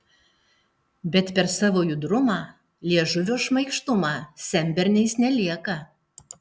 bet per savo judrumą liežuvio šmaikštumą senberniais nelieka